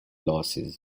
losses